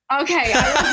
Okay